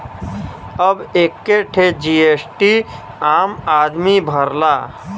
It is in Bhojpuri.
अब एक्के ठे जी.एस.टी आम आदमी भरला